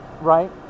Right